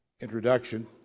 introduction